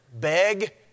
Beg